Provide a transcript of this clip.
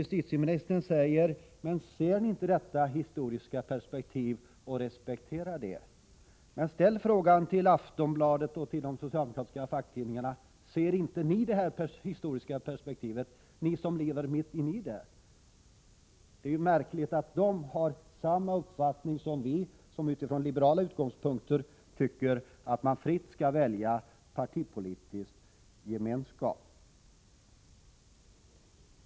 Justitieministern säger: Ser ni inte detta historiska perspektiv och respekterar det? Men ställ frågan till Aftonbladet och till de socialdemokratiska facktidningarna: Ser inte ni det historiska perspektivet, ni som lever mitt i det? Det är märkligt att de har samma uppfattning som vi, som utfrån liberala utgångspunkter tycker att man fritt skall välja partipolitisk gemenskap.